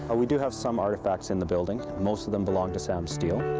ah we do have some artifacts in the building. most of them belong to sam steele.